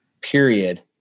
period